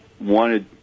wanted